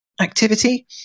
activity